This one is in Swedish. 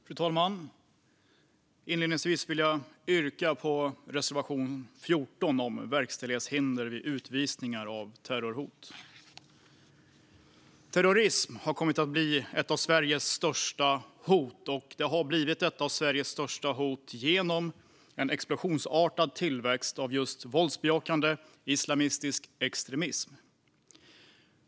Fru talman! Inledningsvis vill jag yrka bifall till reservation 14 om verkställighetshinder vid utvisningar av personer vid terrorhot. Terrorism har kommit att bli ett av Sveriges största hot, och det har det blivit genom en explosionsartad tillväxt av våldsbejakande islamistisk extremism.